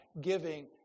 giving